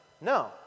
No